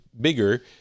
bigger